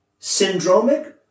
syndromic